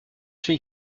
celui